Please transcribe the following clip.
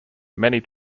many